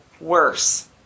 worse